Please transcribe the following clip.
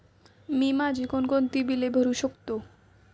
मी माझी कोणकोणती बिले भरू शकतो?